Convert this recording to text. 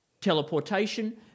teleportation